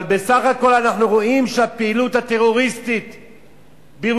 אבל בסך הכול אנחנו רואים שהפעילות הטרוריסטית בירושלים,